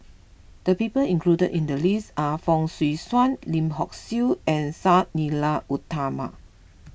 the people included in the list are Fong Swee Suan Lim Hock Siew and Sang Nila Utama